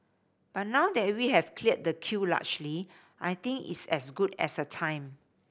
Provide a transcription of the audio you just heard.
but now that we have cleared the queue largely I think it's as good a time